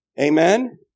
Amen